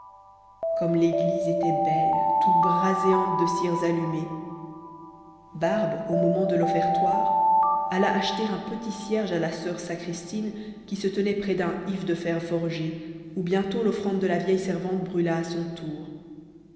comme l'église était belle toute braséante de cires allumées barbe au moment de l'offertoire alla acheter un petit cierge à la soeur sacristine qui se tenait près d'un if de fer forgé où bientôt l'offrande de la vieille servante brûla à son tour